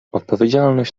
odpowiedzialność